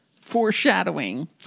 Foreshadowing